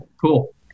cool